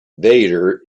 vader